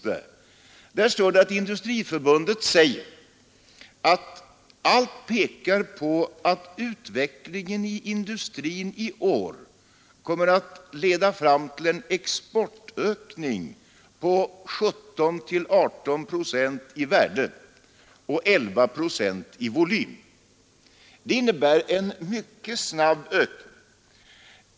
Där står det att Industriförbundet säger att allt pekar på att utvecklingen inom industrin i år kommer att leda fram till en exportökning på 17—18 procent i värde och 11 procent i volym. Det betyder en mycket snabb ökning.